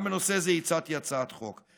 גם בעניין זה הגשתי הצעת חוק,